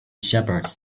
shepherds